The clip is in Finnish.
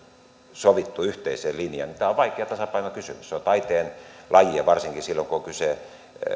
yhteiseen linjaan on vaikea tasapainokysymys se on taiteenlaji ja varsinkin silloin kun on kyse